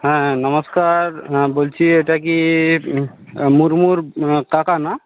হ্যাঁ নমস্কার হ্যাঁ বলছি এটা কি মুর্মুর কাকা না